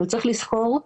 צריך לזכור,